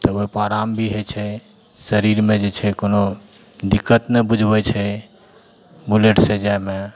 तऽ ओहिपर आराम भी होइ छै शरीरमे जे छै कोनो दिक्कत नहि बुझबै छै बुलेटसे जाइमे